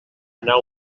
anar